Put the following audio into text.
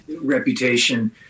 reputation